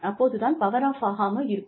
அப்போது தான் power off ஆகாமல் இருக்கும்